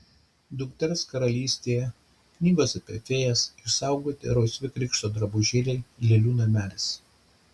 dukters karalystėje knygos apie fėjas išsaugoti rausvi krikšto drabužėliai lėlių namelis